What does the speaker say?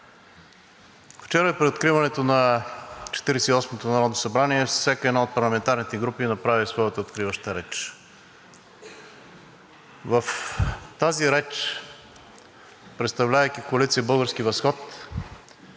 вчера при откриването на Четиридесет и осмото народно събрание всяка една от парламентарните групи направи своята откриваща реч. В тази реч, представлявайки Коалиция „Български възход“,